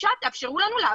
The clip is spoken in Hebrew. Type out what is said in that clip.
בבקשה תאפשרו לנו לעבוד.